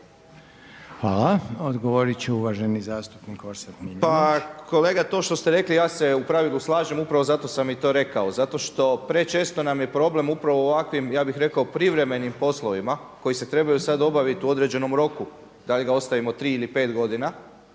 Hvala. Odgovorit će uvaženi zastupnik Orsat Miljenić.